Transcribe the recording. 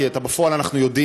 כי את הבפועל אנחנו יודעים.